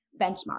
benchmark